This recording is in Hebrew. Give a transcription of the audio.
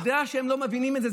אני יודע שהם לא מבינים את זה.